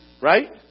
Right